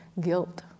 guilt